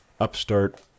upstart